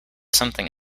something